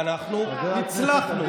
ואנחנו הצלחנו.